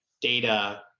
data